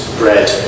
bread